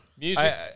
Music